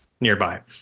nearby